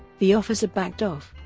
the officer backed off,